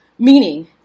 Meaning